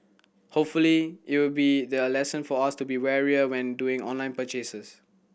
hopefully you'll be their lesson for us to be warier when doing online purchases